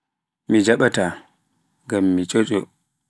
Mi jaɓaata ngam mi cuyocoo.